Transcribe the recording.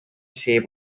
shape